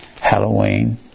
Halloween